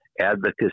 advocacy